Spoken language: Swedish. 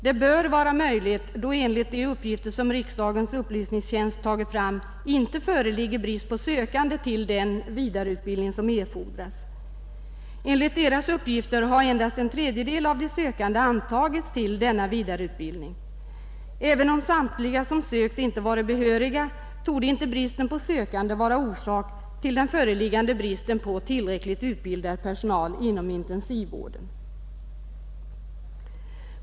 Detta bör vara möjligt att uppnå, då det enligt de uppgifter som riksdagens upplysningstjänst tagit fram inte föreligger brist på sökande till den vidareutbildning som erfordras. Enligt dessa uppgifter har endast en tredjedel av de sökande antagits till denna vidareutbildning. Även om samtliga som sökt inte varit behöriga, torde inte bristen på sökande vara orsak till den föreliggande bristen på tillräckligt utbildad personal inom intensivvården.